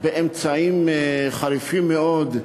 אמצעים חריפים מאוד,